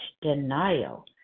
denial